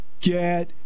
Get